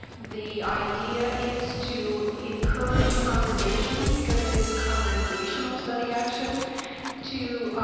the idea is to encourage congregations, because it is congregational study action to